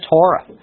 Torah